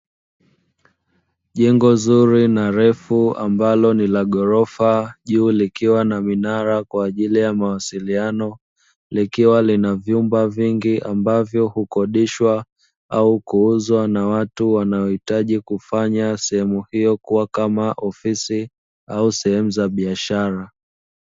Jengo zuri na refu ambalo ni la ghorofa, juu likiwa na minara kwa ajili ya mawasiliano, likiwa na vyumba vingi ambavyo hukodishwa au kuuzwa na watu wanaohitaji kufanya sehemu hiyo kuwa kama ofisi au sehemu za biashara.